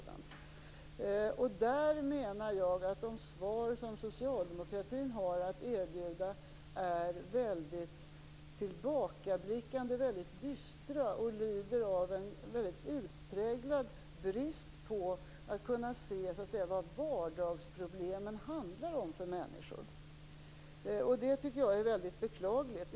De svar som socialdemokratin har att erbjuda är väldigt tillbakablickande och väldigt dystra. De lider av en utpräglad brist på att kunna se vad människors vardagsproblem handlar om. Detta är beklagligt.